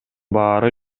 баары